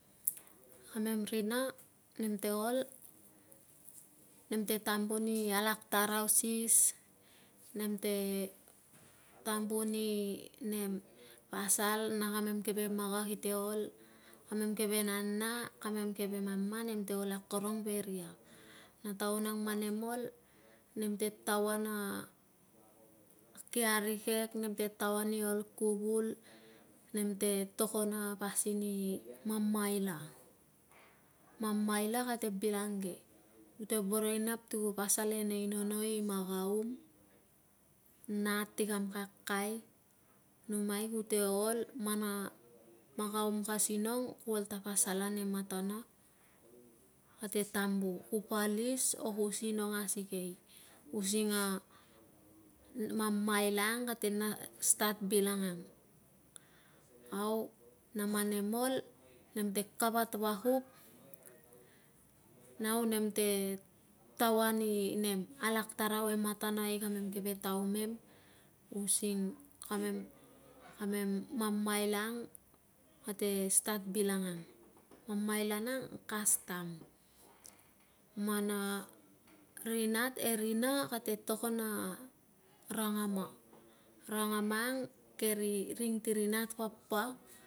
Kamem rina nem te ol, nem te tambu ni alak tarausis, nem te tambu ni nem pasal na kamem keve maga kite ol, kamem keve nana, kamem keve mama nem te ol akorong ve ria. Na taun ang man nem ol, nem te taoa na ki arikek, nem te taoa ni ol kuvul, nem te togon a pasin i mamaila. Mamaila kate bilangke, kute boro i nap ti ku pasal e nei nono i magaum, nat ti kam kakai, numai kute ol, man a magaum ka sinong, ku ol ta pasal an e matana, kate tambu. Ku palis o ku sinong asikei using a mamaila ang kate na stat bilangang. Au na man nem ol, nem te kavat vakup, au nem te tava ni nem alak tarau e matana i keve taumem using kamem, kamem mamaila ang kate stat bilangang. Mamaila nang, custom, man a ri nat, e rina kate togon a rangama. Rangama ang keri, ring tiri nat papa.